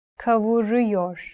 kavuruyor